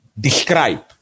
describe